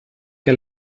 que